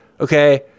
okay